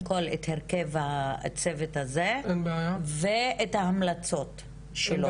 כל את הרכב הצוות הזה ואת ההמלצות שלו.